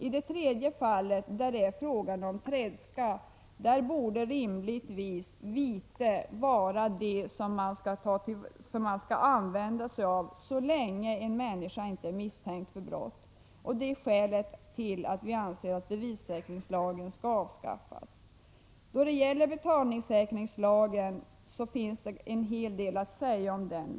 I det tredje fallet, där det är fråga om tredska, borde vite rimligtvis vara det som används så länge en människa inte är misstänkt för brott. Detta är skälet till att vi anser att bevissäkringslagen skall avskaffas. Då det gäller betalningssäkringslagen finns det en hel del att säga.